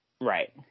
right